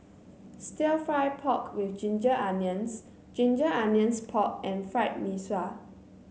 stir fry pork with Ginger Onions Ginger Onions Pork and Fried Mee Sua